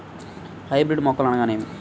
Hybrid మొక్కలు అనగానేమి?